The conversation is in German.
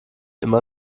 immer